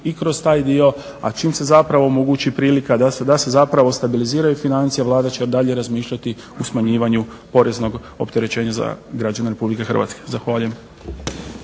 i kroz taj dio. A čim se zapravo omogući prilika da se zapravo stabiliziraju financije Vlada će dalje razmišljati o smanjivanju poreznog opterećenja za građane RH. Zahvaljujem.